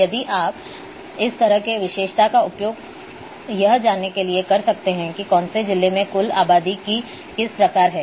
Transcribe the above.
यदि आप इस तरह की विशेषता का उपयोग यह जानने के लिए कर सकते हैं कि कौन से जिले कुल आबादी की किस प्रकार की हैं